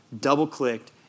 double-clicked